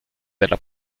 della